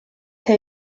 che